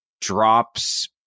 drops